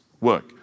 work